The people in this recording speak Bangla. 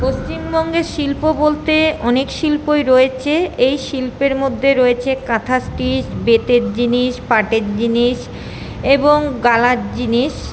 পশ্চিমবঙ্গের শিল্প বলতে অনেক শিল্পই রয়েছে এই শিল্পের মধ্যে রয়েছে কাঁথা স্টিচ বেতের জিনিস পাটের জিনিস এবং গালার জিনিস